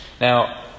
Now